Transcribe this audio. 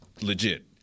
legit